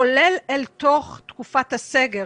כולל אל תוך תקופת הסגר,